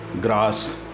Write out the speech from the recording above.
grass